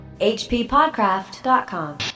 hppodcraft.com